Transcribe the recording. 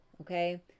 Okay